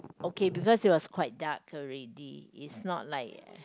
okay because it was quite dark already is not like